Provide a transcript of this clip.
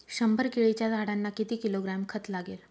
शंभर केळीच्या झाडांना किती किलोग्रॅम खत लागेल?